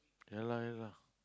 ya lah ya lah